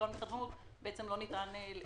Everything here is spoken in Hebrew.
האלה לא ניתן לפתוח.